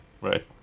right